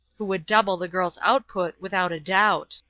who would double the girl's output without a doubt.